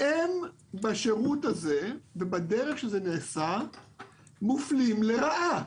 - הם בשירות הזה ובדרך שזה נעשה מופלים לרעה.